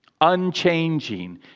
unchanging